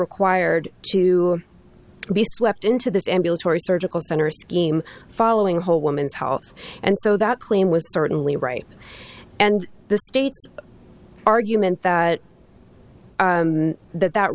required to be swept into this ambulatory surgical center scheme following whole woman's health and so that claim was certainly right and the state's argument that that that